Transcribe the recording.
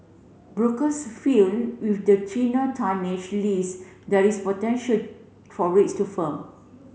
brokers feel with the thinner tonnage list there is potential for rates to firm